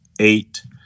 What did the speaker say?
eight